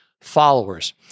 followers